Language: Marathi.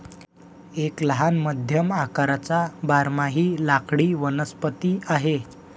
एक लहान मध्यम आकाराचा बारमाही लाकडी वनस्पती आहे